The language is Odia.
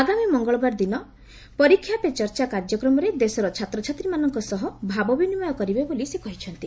ଆଗାମୀ ମଙ୍ଗଳବାର ଦିନ ପରୀକ୍ଷାପେ ଚର୍ଚ୍ଚା କାର୍ଯ୍ୟକ୍ରମରେ ଦେଶର ଛାତ୍ରଛାତ୍ରୀମାନଙ୍କ ସହ ସେ ଭାବବିନିମୟ କରିବେ ବୋଲି ସେ କହିଚ୍ଛନ୍ତି